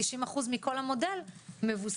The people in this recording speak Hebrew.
90 אחוז מכל המודל מבוסס,